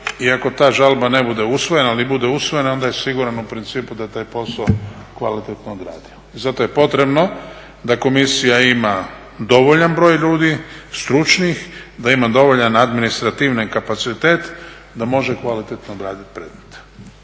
ako ta žalba ne bude usvojena ili bude usvojena onda je siguran u principu da je taj posao kvalitetno odradio. I zato je potrebno da Komisija ima dovoljan broj ljudi stručnih, da ima dovoljan administrativni kapacitet da može kvalitetno obraditi predmet.